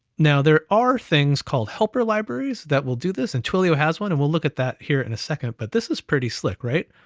now there are things called helper libraries that will do this, and twilio has one, and we'll look at that here in a second, but this is pretty slick, right?